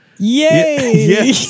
Yay